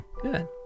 Good